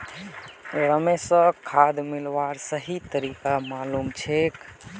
रमेशक खाद मिलव्वार सही तरीका मालूम छेक